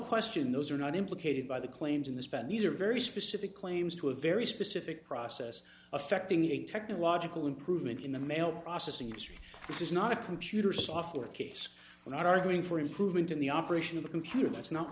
question those are not implicated by the claims in this band these are very specific claims to a very specific process affecting a technological improvement in the mail processing industry this is not a computer software case i'm not arguing for improvement in the operation of the computer that's not